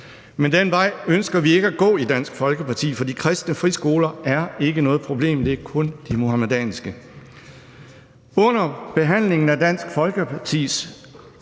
Men den vej ønsker vi ikke at gå i Dansk Folkeparti, for de kristne friskoler er ikke noget problem, det er kun de muhamedanske. Under behandlingen af Dansk Folkepartis